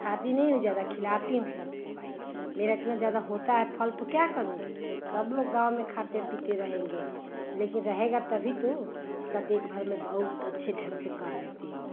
खाती नही हूँ ज़्यादा खिलाती हूँ सबको भाई मेरा इतना ज़्यादा होता है फल तो क्या करूँगी सब लोग गाँव में खाते पीते रहेंगे लेकिन रहेगा तभी तो उसका देखभाल मैं बहुत अच्छे ढंग से कर लेती हूँ